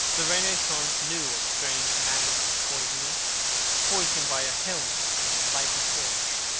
the renaissance knew of strange manners of poisoning poisoning by a helmet and a lighted torch,